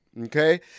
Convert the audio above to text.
okay